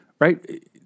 right